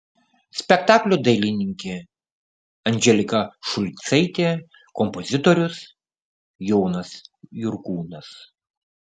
spektaklio dailininkė andželika šulcaitė kompozitorius jonas jurkūnas